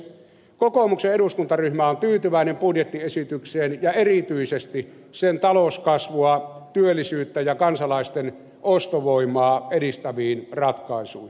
kokoomuksen eduskuntaryhmä on tyytyväinen budjettiesitykseen ja erityisesti sen talouskasvua työllisyyttä ja kansalaisten ostovoimaa edistäviin ratkaisuihin